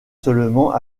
seulement